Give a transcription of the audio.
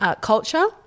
culture